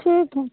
ठीक है